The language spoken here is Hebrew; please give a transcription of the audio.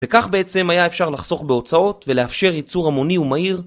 וכך בעצם היה אפשר לחסוך בהוצאות ולאפשר ייצור המוני ומהיר.